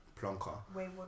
plonker